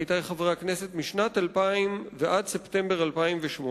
עמיתי חברי הכנסת: משנת 2000 ועד ספטמבר 2008,